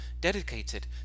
dedicated